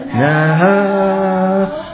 now